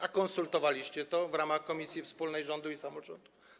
A konsultowaliście to w ramach komisji wspólnej rządu i samorządu?